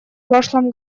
прошлом